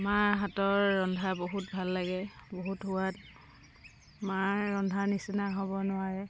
মাহঁতৰ ৰন্ধা বহুত ভাল লাগে বহুত সোৱাদ মাৰ ৰন্ধাৰ নিচিনা হ'ব নোৱাৰে